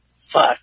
fuck